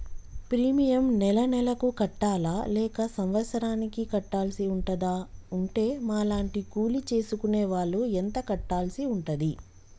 Premium నెల నెలకు కట్టాలా లేక సంవత్సరానికి కట్టాల్సి ఉంటదా? ఉంటే మా లాంటి కూలి చేసుకునే వాళ్లు ఎంత కట్టాల్సి ఉంటది?